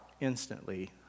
instantly